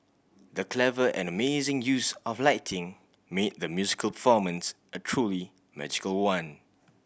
the clever and amazing use of lighting made the musical formance a truly magical one